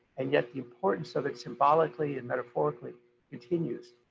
and yet the importance of it symbolically and metaphorically continues.